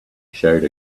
showed